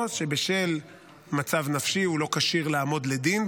או שבשל מצב נפשי הוא לא כשיר לעמוד לדין,